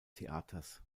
theaters